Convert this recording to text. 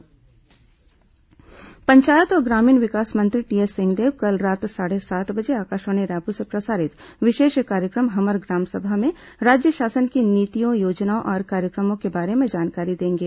हमर ग्राम सभा पंचायत और ग्रामीण विकास मंत्री टीएस सिंहदेव कल रात साढ़े सात बजे आकाशवाणी रायपुर से प्रसारित विशेष कार्यक्रम हमर ग्राम सभा में राज्य शासन की नीतियों योजनाओं और कार्यक्रमों के बारे में जानकारी देंगे